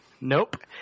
Nope